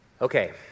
Okay